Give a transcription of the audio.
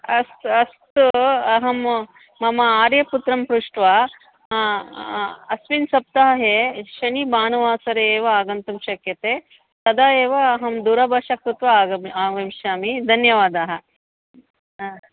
अस्तु अस्तु अहं मम आर्यपुत्रं पृष्ट्वा अस्मिन् सप्ताहे शनिभानुवासरे एव आगन्तुं शक्यते तदा एव अहं दूरभााषां कृत्वा आगमिष्यामि आगमिष्यामि धन्यवादाः हा